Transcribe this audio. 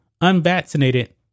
unvaccinated